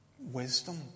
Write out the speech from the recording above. wisdom